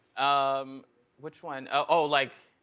um which one oh like,